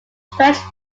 stretch